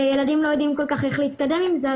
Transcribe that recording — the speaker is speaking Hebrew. וילדים לא יודעים כל כך איך להסתדר עם זה,